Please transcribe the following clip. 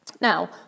Now